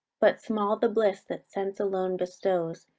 but small the bliss that sense alone bestows,